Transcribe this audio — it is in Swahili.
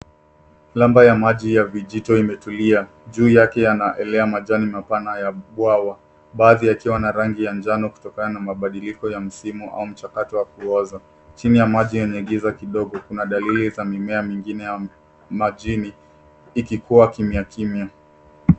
Lamba ya maji ya vijito imetulia juu yake yanaela majani bana ya pwawa baadhi rangi ya njano kutokana na mapadiliko wa msimu au mjakato wa kuoza chini ya maji yenye kisa kidogo Kuna dalili za mimea mengine majini ikikuwa kimya kimya.